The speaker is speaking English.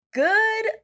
Good